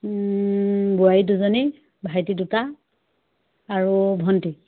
বোৱাৰী দুজনী ভাইটি দুটা আৰু ভণ্টি